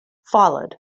followed